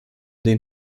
den